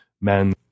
men